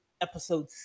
episode